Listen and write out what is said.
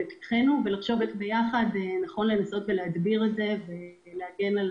ונחשוב ביחד איך נכון לנסות להדביר את זה ולהגן על